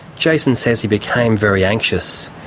jason says he became very anxious.